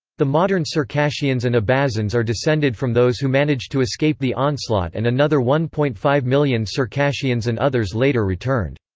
the modern circassians and abazins are descended from those who managed to escape the onslaught and another one point five million circassians and others later returned.